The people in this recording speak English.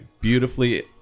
Beautifully-